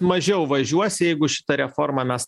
mažiau važiuos jeigu šita reforma mes